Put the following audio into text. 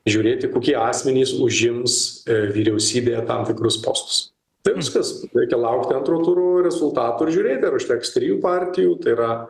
žiūrėti kokie asmenys užims vyriausybėje tam tikrus postus tai viskas reikia laukti antro turo rezultatų ir žiūrėti ar užteks trijų partijų tai yra